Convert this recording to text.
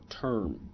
term